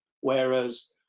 whereas